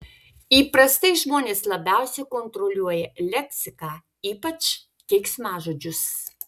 įprastai žmonės labiausiai kontroliuoja leksiką ypač keiksmažodžius